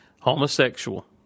Homosexual